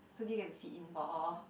so did you get to sit in for all